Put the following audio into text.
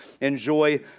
enjoy